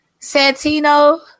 Santino